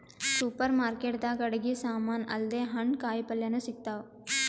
super market ದಾಗ್ ಅಡಗಿ ಸಮಾನ್ ಅಲ್ದೆ ಹಣ್ಣ್ ಕಾಯಿಪಲ್ಯನು ಸಿಗ್ತಾವ್